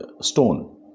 stone